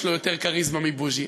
יש לו יותר כריזמה מלבוז'י.